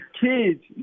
kids